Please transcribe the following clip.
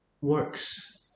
works